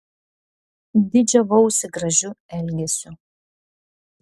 didžiavausi gražiu elgesiu